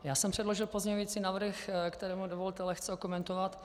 Já jsem předložil pozměňovací návrh, který mi dovolte lehce okomentovat.